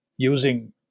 using